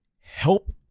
help